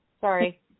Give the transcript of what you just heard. Sorry